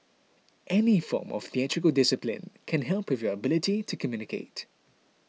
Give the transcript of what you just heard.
any form of theatrical discipline can help with your ability to communicate